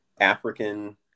african